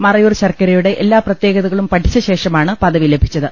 മറയൂർ ശർക്കരയുടെ എല്ലാ പ്രത്യേകതകളും പഠിച്ച ശേഷമാണ് പദവി ലഭിച്ചത്